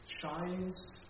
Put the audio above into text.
shines